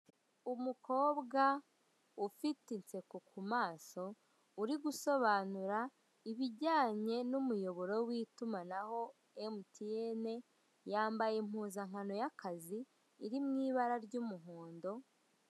Umukobwa ufite inseko ku maso, uri gusobanura ibjyanye n'umuyoboro w'itumanaho emutiyerene; yambaye ipuzankano y'akazi irimo ibara ry'umuhondo.